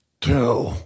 Two